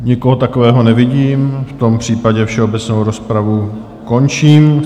Nikoho takového nevidím, v tom případě všeobecnou rozpravu, končím.